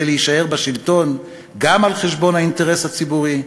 להישאר בשלטון גם על חשבון האינטרס הציבורי?